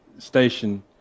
station